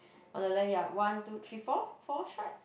on the left ya one two three four four stripes